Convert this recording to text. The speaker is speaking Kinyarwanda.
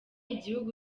igihugu